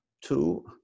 two